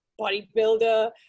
bodybuilder